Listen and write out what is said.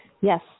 Yes